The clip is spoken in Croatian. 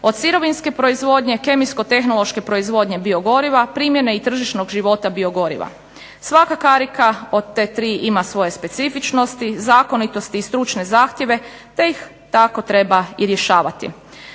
od sirovinske proizvodnje, kemijsko-tehnološke proizvodnje biogoriva, primjene i tržišnog života biogoriva. Svaka karika od te tri ima svoje specifičnosti, zakonitosti i stručne zahtjeve te ih tako treba i rješavati.